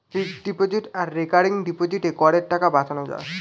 fixed deposit আর recurring ডিপোজিটে করের টাকা বাঁচানো যায়